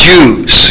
Jews